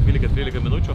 dvylika trylika minučių